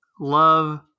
love